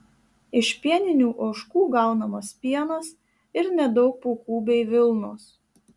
iš pieninių ožkų gaunamas pienas ir nedaug pūkų bei vilnos